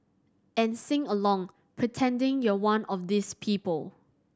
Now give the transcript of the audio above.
and sing along pretending you're one of these people